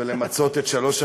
אני מאוד מקווה שאחרי,